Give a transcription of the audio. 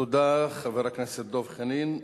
תודה, חבר הכנסת דב חנין.